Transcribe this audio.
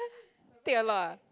take a lot ah